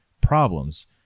problems